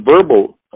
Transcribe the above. verbal